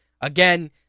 Again